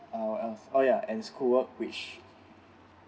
uh what else oh yeah and schoolwork which